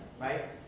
right